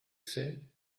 say